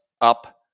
up